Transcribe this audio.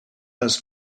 has